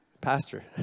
Pastor